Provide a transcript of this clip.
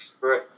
Right